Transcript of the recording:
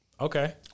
Okay